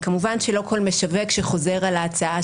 כמובן שלא כל משווק שחוזר על ההצעה